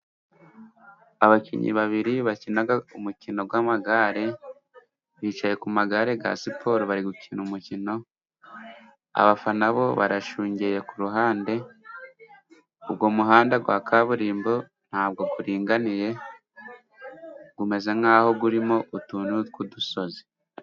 Abakinnyi babiri bakina umukino w'amagare, bicaye ku magare ya siporo, bari gukina umukino. Abafana bo barashungeye ku ruhande ,uwo muhanda wa kaburimbo ntabwo uringaniye, umeze nk'aho urimo utuntu tw'udusozi.